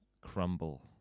crumble